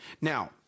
Now